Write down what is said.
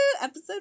Episode